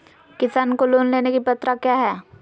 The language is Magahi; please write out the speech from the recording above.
किसान को लोन लेने की पत्रा क्या है?